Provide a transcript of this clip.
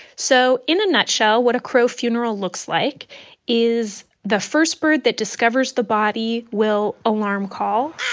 so in a nutshell, what a crow funeral looks like is the first bird that discovers the body will alarm-call